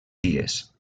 dies